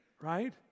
right